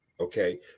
okay